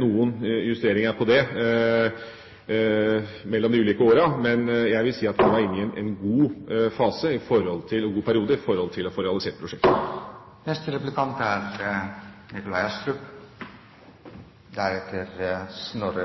noen justeringer på det mellom de ulike årene. Men jeg vi si at vi nå er inne i en god fase, god periode, for å få realisert prosjekter. Vannkraft har et enormt potensial i Norge. Det